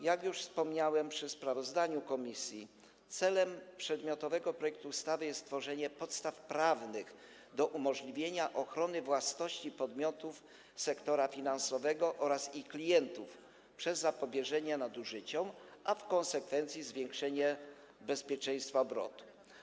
Jak już wspomniałem, przedstawiając sprawozdanie komisji, celem przedmiotowego projektu ustawy jest stworzenie podstaw prawnych do umożliwienia ochrony własności podmiotów sektora finansowego oraz ich klientów przez zapobieżenie nadużyciom, a w konsekwencji zwiększenie bezpieczeństwa obrotu.